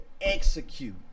execute